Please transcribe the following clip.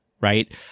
right